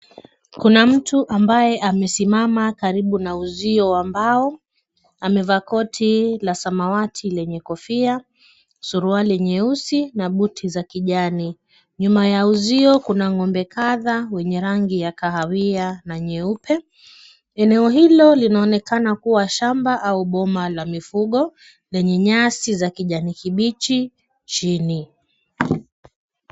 Kuna mtu ambaye amesimama karibu na uzio wa mbao. Amevaa koti la samawati lenye kofia, suruali nyeusi na boot za kijani. Nyuma ya uzio kuna ng'ombe kadhaa wenye rangi ya kahawia na nyeupe. Eneo hilo linaonekana kuwa shamba au boma la mifugo, lenye nyasi za kijani kibichi chini.